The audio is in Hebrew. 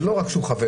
זה לא רק שהוא חבר.